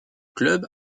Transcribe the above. club